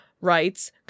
writes